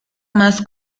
más